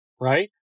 right